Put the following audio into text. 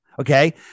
Okay